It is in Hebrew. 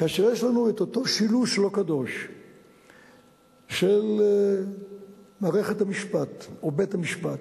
כאשר יש לנו אותו שילוש לא קדוש של מערכת המשפט או בית-המשפט,